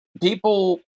people